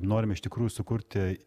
norim iš tikrųjų sukurti